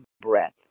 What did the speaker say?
breath